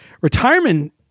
retirement